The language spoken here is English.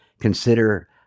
consider